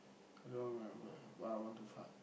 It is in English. I don't remember but I want to fight